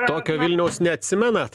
tokio vilniaus neatsimenat